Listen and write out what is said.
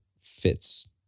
fits